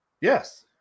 Yes